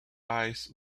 eyes